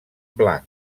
blanc